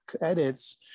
edits